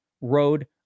road